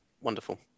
wonderful